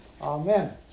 Amen